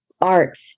art